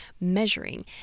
measuring